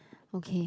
okay